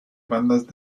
bandas